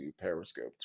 Periscope